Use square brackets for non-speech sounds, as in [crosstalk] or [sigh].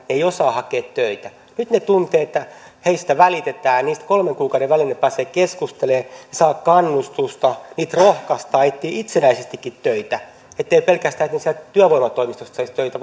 he eivät osaa hakea töitä nyt he tuntevat että heistä välitetään kolmen kuukauden välein he pääsevät keskustelemaan saavat kannustusta heitä rohkaistaan etsimään itsenäisestikin töitä ettei ole pelkästään niin että he sieltä työvoimatoimistosta saisivat töitä [unintelligible]